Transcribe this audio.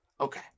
okay